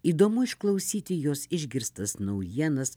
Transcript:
įdomu išklausyti jos išgirstas naujienas